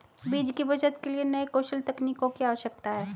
बीज की बचत के लिए नए कौशल तकनीकों की आवश्यकता है